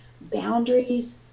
boundaries